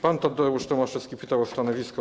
Pan Tadeusz Tomaszewski pytał o stanowisko.